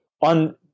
On